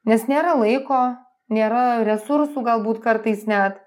nes nėra laiko nėra resursų galbūt kartais net